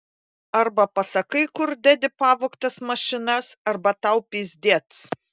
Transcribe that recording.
arba pasakai kur dedi pavogtas mašinas arba tau pizdiec